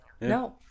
No